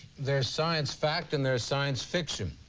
there's science fact, and there's science fiction.